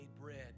bread